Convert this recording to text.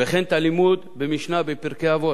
וכן את הלימוד במשנה בפרקי אבות.